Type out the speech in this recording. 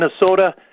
Minnesota